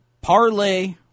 parlay